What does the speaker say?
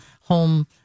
home